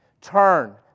Turn